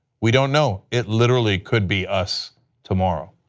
we don't know, it literally could be us tomorrow.